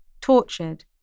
tortured